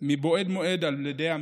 מבעוד מועד על ידי המשפחות.